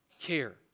care